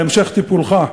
להמשך טיפולך,